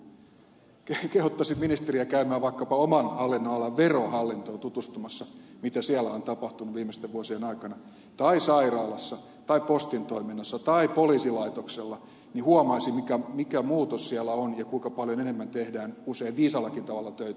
kehottaisin ministeriä käymään vaikkapa oman hallinnonalansa verohallintoon tutustumassa mitä siellä on tapahtunut viimeisten vuosien aikana tai sairaalassa tai postissa tai poliisilaitoksella niin huomaisi mikä muutos siellä on ja kuinka paljon enemmän tehdään usein viisaallakin tavalla töitä aina ei